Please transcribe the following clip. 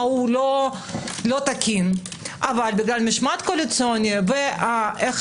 הוא אינו תקין אבל בגלל משמעת קואליציונית ואיך